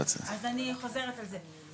אז אני חוזרת על זה,